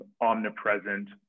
omnipresent